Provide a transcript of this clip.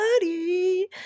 body